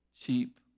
cheap